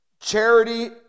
Charity